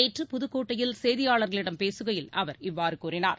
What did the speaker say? நேற்று புதுக்கோட்டையில் செய்தியாளர்களிடம் பேசுகையில் அவர் இவ்வாறு கூறினார்